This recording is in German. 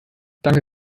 danke